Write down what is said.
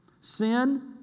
sin